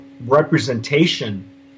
representation